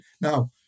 Now